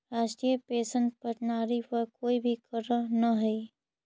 राष्ट्रीय पेंशन प्रणाली पर कोई भी करऽ न हई